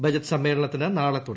budget സമ്മേളനത്തിന് നാളെ തുടക്കം